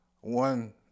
one